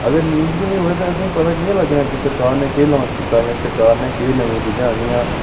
अगर न्यूज गै निं होऐ तां असें ई पता कि'यां लग्गना के सरकार नै केह् लांच कीता जां सरकार नै केह् नमीं चीजां औनियां